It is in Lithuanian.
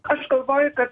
aš galvoju kad